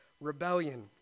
rebellion